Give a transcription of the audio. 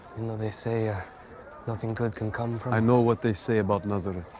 they say, ah nothing good can come from i know what they say about nazareth.